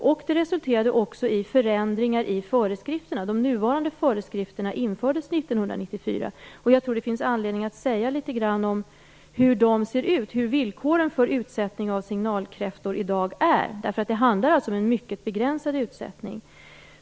Det resulterade också i förändringar i föreskrifterna. De nuvarande föreskrifterna infördes 1994. Jag tror att det finns anledning att säga litet grand om hur de ser ut - hur villkoren för utsättning av signalkräftor i dag är. Det handlar om en mycket begränsad utsättning.